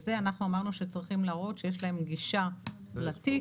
אנחנו אמרנו שצריכים להראות שיש להם גישה לתיק.